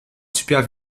super